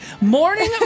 morning